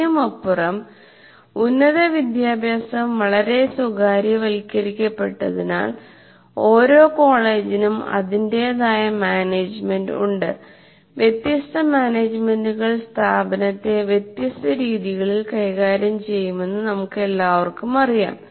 അതിനുമപ്പുറം ഉന്നത വിദ്യാഭ്യാസം വളരെ സ്വകാര്യവൽക്കരിക്കപ്പെട്ടതിനാൽ ഓരോ കോളേജിനും അതിന്റേതായ മാനേജ്മെൻറ് ഉണ്ട് വ്യത്യസ്ത മാനേജുമെന്റുകൾ സ്ഥാപനത്തെ വ്യത്യസ്ത രീതികളിൽ കൈകാര്യം ചെയ്യുമെന്ന് നമുക്കെല്ലാവർക്കും അറിയാം